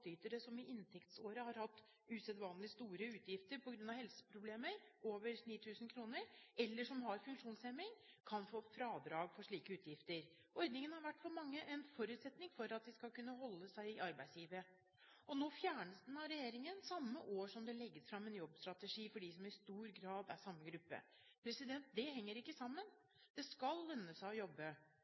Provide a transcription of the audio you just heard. som i inntektsåret har hatt usedvanlig store utgifter på grunn av helseproblemer – over 9 000 kr – eller som har funksjonshemning, kan få fradrag for slike utgifter. Ordningen har for mange vært en forutsetning for at de skal kunne holde seg i arbeidslivet. Nå fjernes den av regjeringen, samme året som det legges fram en jobbstrategi for dem som i stor grad er i samme gruppe. Det henger ikke sammen. Det skal lønne seg å jobbe.